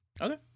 Okay